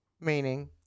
Meaning